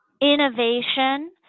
innovation